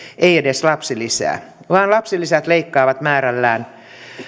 ei edes lapsilisää vaan lapsilisät leikkaavat määrällään